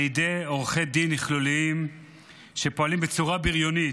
על ידי עורכי דין נכלוליים שפועלים בצורה בריונית,